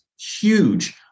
huge